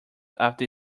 after